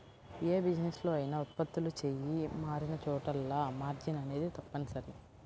యే బిజినెస్ లో అయినా ఉత్పత్తులు చెయ్యి మారినచోటల్లా మార్జిన్ అనేది తప్పనిసరి